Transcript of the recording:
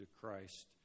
Christ